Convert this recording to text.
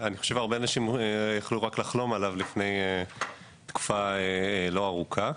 אני חושב שהרבה אנשים יכלו רק לחלום עליו לפני תקופה לא ארוכה.